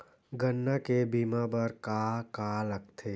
गन्ना के बीमा बर का का लगथे?